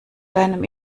deinem